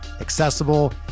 accessible